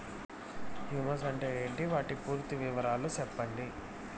Humus అంటే ఏంటి? వాటి పూర్తి వివరాలు సెప్పండి?